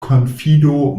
konfido